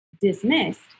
dismissed